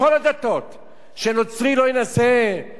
שנוצרי לא ינסה לשדל יהודי,